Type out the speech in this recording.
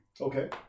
Okay